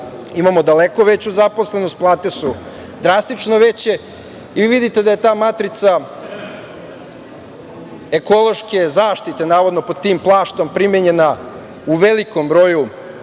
Imamo daleko veću zaposlenost, plate su drastično veće i vidite da je ta matrica ekološke zaštite, navodno pod tim plaštom primenjena u velikom broju